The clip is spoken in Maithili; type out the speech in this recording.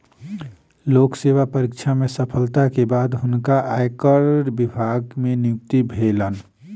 लोक सेवा परीक्षा में सफलता के बाद हुनका आयकर विभाग मे नियुक्ति भेलैन